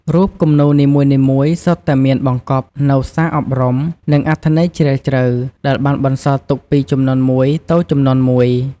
រូបគំនូរនីមួយៗសុទ្ធតែមានបង្កប់នូវសារអប់រំ និងអត្ថន័យជ្រាលជ្រៅ ដែលបានបន្សល់ទុកពីជំនាន់មួយទៅជំនាន់មួយ។